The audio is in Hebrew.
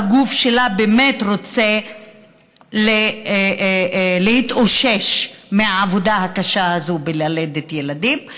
והגוף שלה רוצה להתאושש מהעבודה הקשה הזאת של ללדת ילדים,